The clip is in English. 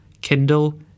Kindle